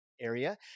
area